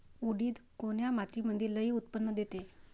उडीद कोन्या मातीमंदी लई उत्पन्न देते?